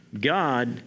God